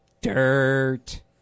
dirt